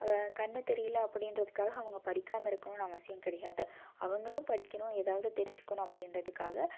கண் தெரியலை அப்படிகிறதுக்காக அவங்க படிக்காமல் இருக்கணும்னு அவசியம் கிடையாது அவர்களும் படிக்கணும் ஏதாவது தெரிஞ்சுக்கணும் அப்படிகிறதுக்காக